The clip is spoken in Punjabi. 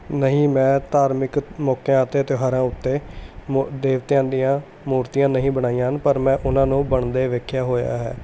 ਨਹੀਂ ਮੈਂ ਧਾਰਮਿਕ ਮੌਕਿਆਂ ਅਤੇ ਤਿਉਹਾਰਾਂ ਉੱਤੇ ਦੇਵਤਿਆਂ ਦੀਆਂ ਮੂਰਤੀਆਂ ਨਹੀਂ ਬਣਾਈਆਂ ਹਨ ਪਰ ਮੈਂ ਉਨ੍ਹਾਂ ਨੂੰ ਬਣਦੇ ਵੇਖਿਆ ਹੋਇਆ ਹੈ